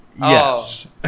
Yes